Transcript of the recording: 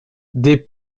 des